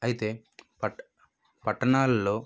అయితే పట్ పట్టణాల్లో